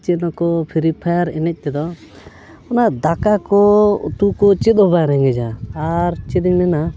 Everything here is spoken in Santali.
ᱪᱮᱫ ᱱᱩᱠᱩ ᱯᱷᱨᱤ ᱯᱷᱟᱭᱟᱨ ᱮᱱᱮᱡ ᱛᱮᱫᱚ ᱚᱱᱟ ᱫᱟᱠᱟ ᱠᱚ ᱩᱛᱩ ᱠᱚ ᱪᱮᱫ ᱦᱚᱸ ᱵᱟᱝ ᱨᱮᱸᱜᱮᱡᱼᱟ ᱟᱨ ᱪᱮᱫ ᱤᱧ ᱢᱮᱱᱟ